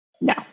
No